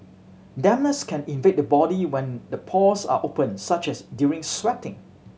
dampness can invade the body when the pores are open such as during sweating